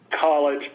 college